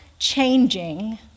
changing